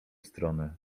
strony